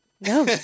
No